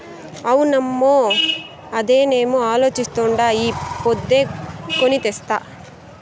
అవునమ్మో, అదేనేమో అలోచిస్తాండా ఈ పొద్దే కొని తెస్తా